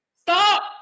Stop